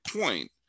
point